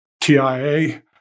TIA